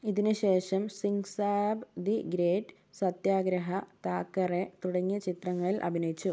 ഇതിന് ശേഷം Singh Saab the great Satyagraha Thackeray തുടങ്ങിയ ചിത്രങ്ങളിൽ അഭിനയിച്ചു